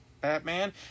Batman